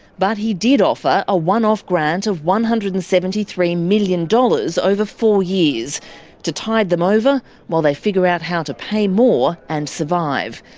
but he did offer a one-off grant of one hundred and seventy three million dollars over four years to tide them over while they figure out how to pay more and survive.